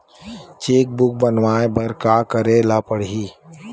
Cheque book बनवाय बर का करे ल पड़हि?